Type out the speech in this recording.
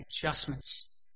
adjustments